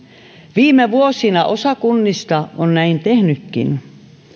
viime vuosina osa kunnista on näin tehnytkin